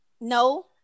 No